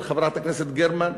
של חברת הכנסת גרמן,